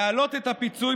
להעלות את הפיצוי